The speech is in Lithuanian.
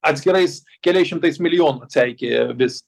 atskirais keliais šimtais milijonų atseikėja vis